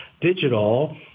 digital